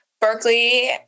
Berkeley